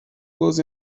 goals